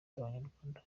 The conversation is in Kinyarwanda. abanyarwanda